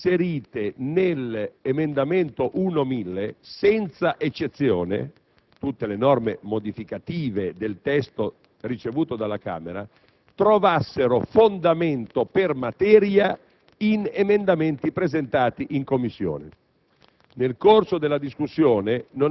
che tutte le norme inserite nell'emendamento 1.1000, senza eccezione, cioè tutte le norme modificative del testo ricevuto dalla Camera, trovassero fondamento per materia in emendamenti presentati in Commissione.